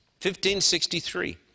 1563